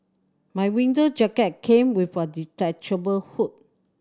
my winter jacket came with a detachable hood